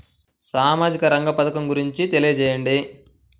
సామాజిక రంగ పథకం గురించి తెలియచేయండి?